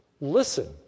listen